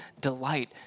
delight